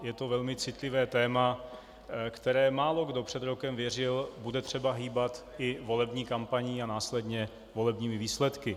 Je to velmi citlivé téma, o kterém málokdo před rokem věřil, že bude třeba hýbat i volební kampaní a následně volebními výsledky.